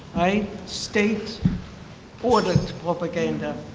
right? state ordered propaganda.